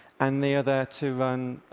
and the other to run,